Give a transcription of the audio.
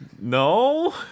No